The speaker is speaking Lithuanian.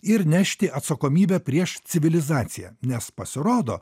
ir nešti atsakomybę prieš civilizaciją nes pasirodo